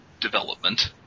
development